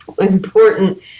important